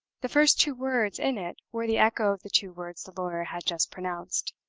the first two words in it were the echo of the two words the lawyer had just pronounced.